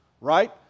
right